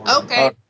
Okay